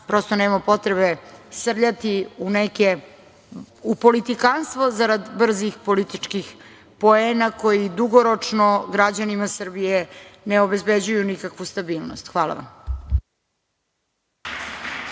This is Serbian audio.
Prosto, nema potrebe srljati u politikanstvo zarad brzih političkih poena, koji dugoročno građanima Srbije ne obezbeđuju nikakvu stabilnost. Hvala vam.